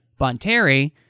Bonteri